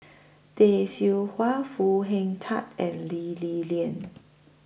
Tay Seow Huah Foo Hing Tatt and Lee Li Lian